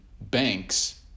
banks